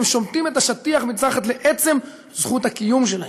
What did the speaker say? הם שומטים את השטיח מתחת לעצם זכות הקיום שלהם.